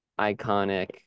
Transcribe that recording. iconic